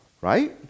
right